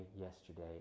yesterday